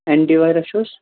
anti وایرَیٚس چھُس